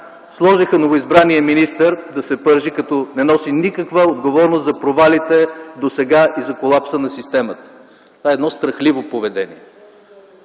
Сложиха новоизбраният министър да се пържи като не носи никаква отговорност за провалите досега и за колапса на системата. Това е едно страхливо поведение.